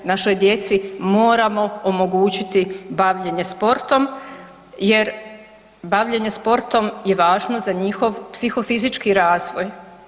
Našoj djeci moramo omogućiti bavljenje sportom jer bavljenje sportom je važno za njihov psihofizički razvoj.